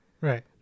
right